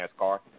NASCAR